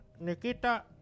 Nikita